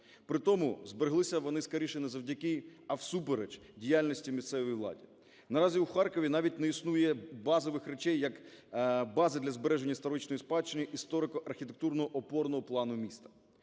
При тому збереглися вони скоріше не завдяки, а всупереч діяльності місцевої влади. Наразі у Харкові навіть не існує базових речей, як бази для збереження історичної спадщини –історико-архітектурного опорного плану міста.